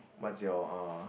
what's your uh